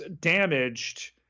damaged